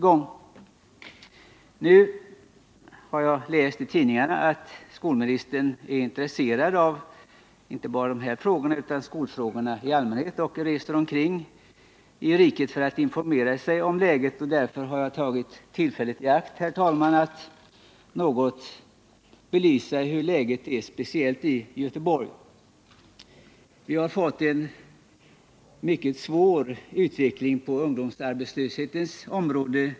Jag har läst i tidningarna att skolministern är intresserad inte bara av dessa frågor utan också av skolfrågor i allmänhet och reser omkring i riket för att informera sig om läget i dessa avseenden. Jag har därför tagit tillfället i akt, herr talman, att något belysa hur läget är speciellt i Göteborg. Vi har fått en mycket svår utveckling i Göteborg på ungdomsarbetslöshetens område.